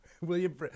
William